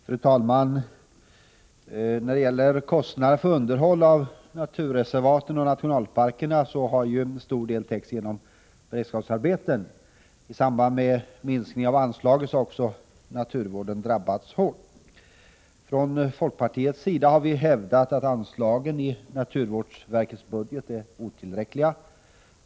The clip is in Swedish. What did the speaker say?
Fru talman! Kostnaderna för underhåll av naturreservat och nationalparker har till stor del täckts genom beredskapsarbeten. I samband med minskningen av anslaget har naturvården drabbats hårt. Från folkpartiets sida har vi hävdat att anslagen i naturvårdsverkets budget är otillräckliga.